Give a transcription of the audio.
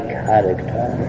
character